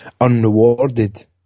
unrewarded